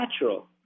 natural